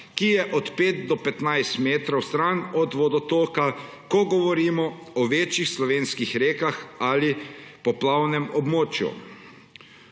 ki je od pet do petnajst metrov stran od vodotoka, ko govorimo o večjih slovenskih rekah ali poplavnem območju.